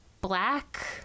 black